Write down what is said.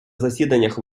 засіданнях